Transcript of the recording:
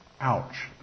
Ouch